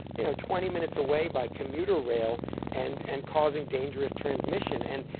you know, twenty minutes away by commuter rail and and causing dangerous transmission and,